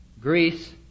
Greece